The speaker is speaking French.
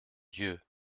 dieu